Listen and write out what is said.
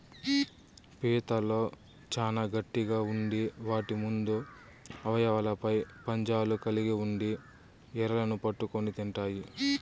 పీతలు చానా గట్టిగ ఉండి వాటి ముందు అవయవాలపై పంజాలు కలిగి ఉండి ఎరలను పట్టుకొని తింటాయి